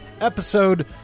episode